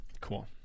cool